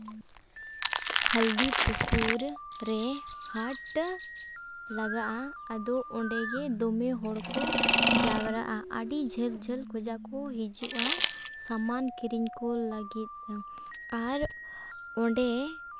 ᱦᱚᱞᱫᱤ ᱯᱩᱠᱩᱨ ᱨᱮ ᱦᱟᱴ ᱞᱟᱜᱟᱜᱼᱟ ᱟᱫᱚ ᱚᱸᱰᱮ ᱜᱮ ᱫᱚᱢᱮ ᱦᱚᱲ ᱠᱚ ᱡᱟᱣᱨᱟᱜᱼᱟ ᱟᱹᱰᱤ ᱡᱷᱟᱹᱞ ᱡᱷᱟᱹᱞ ᱠᱷᱚᱡᱟᱜ ᱠᱚ ᱦᱤᱡᱩᱜᱼᱟ ᱥᱟᱱᱟᱢ ᱠᱤᱨᱤᱧ ᱠᱚ ᱞᱟᱹᱜᱤᱫ ᱟᱨ ᱚᱸᱰᱮ